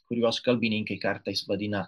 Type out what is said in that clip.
kuriuos kalbininkai kartais vadina